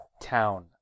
town